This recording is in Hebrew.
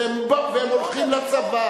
והם הולכים לצבא